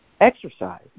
Exercise